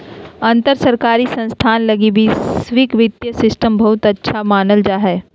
अंतर सरकारी संस्थान लगी वैश्विक वित्तीय सिस्टम बहुते अच्छा मानल जा हय